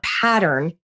pattern